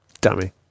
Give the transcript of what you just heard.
dummy